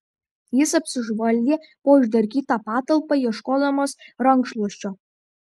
jis apsižvalgė po išdarkytą patalpą ieškodamas rankšluosčio